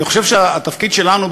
אני חושב שהתפקיד שלנו,